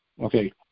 okay